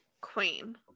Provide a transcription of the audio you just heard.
queen